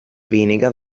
weniger